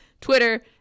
Twitter